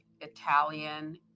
italian